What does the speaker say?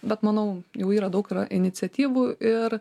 bet manau jau yra daug yra iniciatyvų ir